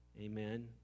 Amen